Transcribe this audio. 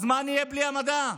מה נהיה בלי המדע?